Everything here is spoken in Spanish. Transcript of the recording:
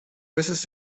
veces